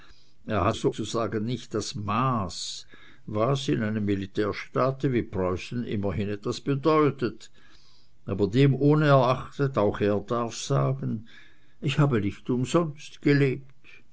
er hat sozusagen nicht das maß was in einem militärstaate wie preußen immerhin etwas bedeutet aber dem ohnerachtet auch er darf sagen ich habe nicht umsonst gelebt